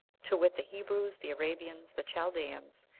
to wit, the hebrews, the arabians, the chaldeans,